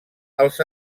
els